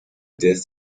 death